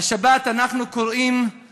השבת אנחנו קוראים את